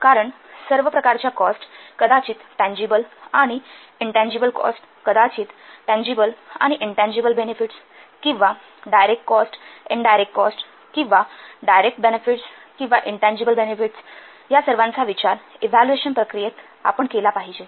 कारण सर्व प्रकारच्या कॉस्ट कदाचित टँजिबल आणि इनटँजिबल कॉस्ट कदाचित टँजिबल आणि इनटँजिबल बेनेफिट्स किंवा डायरेक्ट कॉस्ट इनडायरेक्ट कॉस्ट किंवा डायरेक्ट बेनेफिट्स किंवा इनटँजिबल बेनेफिट्स या सर्वांचा विचार इव्हॅल्युएशन प्रक्रियेत केला पाहिजे